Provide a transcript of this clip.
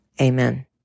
Amen